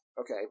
okay